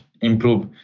improve